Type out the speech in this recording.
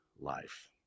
life